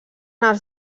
els